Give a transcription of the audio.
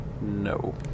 No